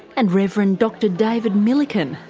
and reverend dr david millikan,